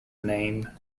name